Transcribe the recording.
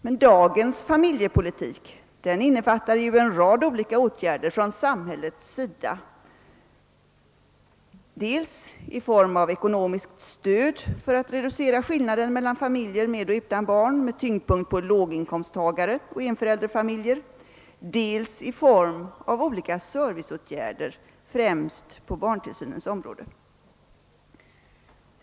Men dagens familjepolitik innefattar en rad åtgärder från samhällets sida dels i form av ekonomiskt stöd för att reducera skillnaden mellan familjer med och utan barn med tyngdpunkt på låginkomsttagare och enförälderfamiljer, dels i form av olika serviceåtgärder främst på barntillsynens område.